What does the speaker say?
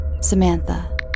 Samantha